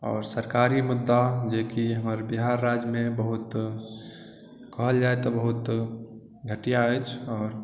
आओर सरकारी मुद्दा जेकी हमर बिहार राज्य मे बहुत कहल जाए तऽ बहुत घटिया अछि आओर